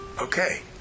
okay